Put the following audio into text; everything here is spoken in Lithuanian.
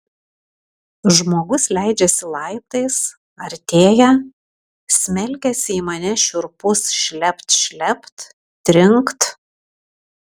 žmogus leidžiasi laiptais artėja smelkiasi į mane šiurpus šlept šlept trinkt